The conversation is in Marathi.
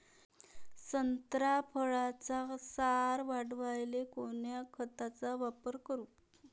संत्रा फळाचा सार वाढवायले कोन्या खताचा वापर करू?